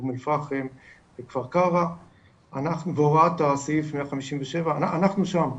אום אל פאחם וכפר קרע אנחנו בהוראת הסעיף 157 אנחנו שם,